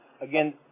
Again